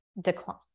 decline